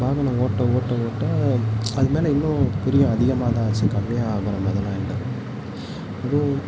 வாகனம் ஓட்ட ஓட்ட ஓட்ட அது மேலே இன்னும் பிரியம் அதிகமாக தான் ஆச்சு கம்மியாக ஆகற மாதிரிலாம் இல்லை அதுவும்